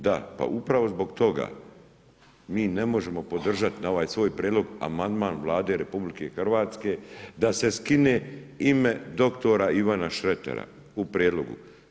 Da, pa upravo zbog toga mi ne možemo podržati na ovaj svoj prijedlog amandman Vlade RH da se skine ime dr. Ivana Šretera u prijedlogu.